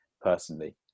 personally